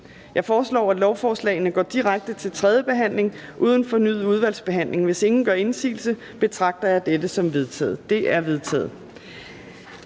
Jeg foreslår, at lovforslaget går direkte til tredje behandling uden fornyet udvalgsbehandling. Hvis ingen gør indsigelse, betragter jeg dette som vedtaget. Det er vedtaget.